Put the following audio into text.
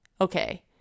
okay